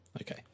Okay